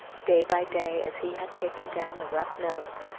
day by day, as he had taken down the rough notes,